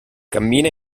cammina